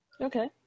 Okay